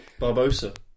Barbosa